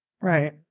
Right